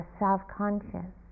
self-conscious